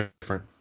different